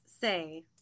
say